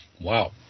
Wow